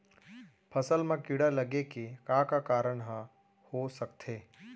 फसल म कीड़ा लगे के का का कारण ह हो सकथे?